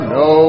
no